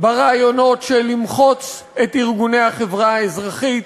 ברעיונות של למחוץ את ארגוני החברה האזרחית,